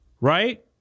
right